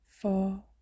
four